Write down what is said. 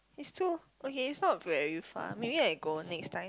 it's too okay it's not very far maybe I go next time